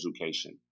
education